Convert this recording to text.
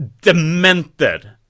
demented